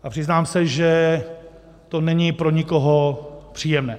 A přiznám se, že to není pro nikoho příjemné.